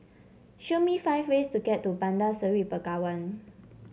show me five ways to get to Bandar Seri Begawan